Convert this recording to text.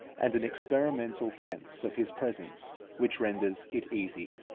and an experimental sense of his presence, which renders it easy.